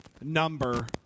number